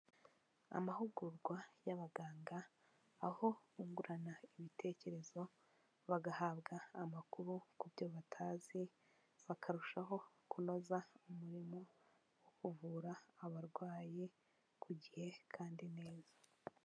Amahugurwa y'abaganga aho bungurana ibitekerezo bagahabwa amakuru ku byo batazi bakarushaho kunoza umurimo wo kuvura abarwayi ku gihe kandi neza.